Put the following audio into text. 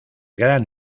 gran